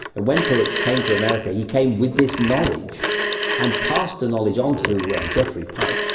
and when perutz came to america he came with this knowledge and passed the knowledge on to geoffrey pyke,